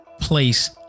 place